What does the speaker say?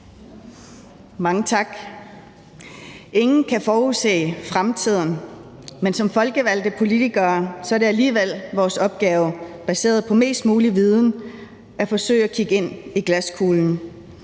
Mange tak. Ingen kan forudse fremtiden, men som folkevalgte politikere er det alligevel vores opgave baseret på mest mulig viden at forsøge at kigge ind i glaskuglen.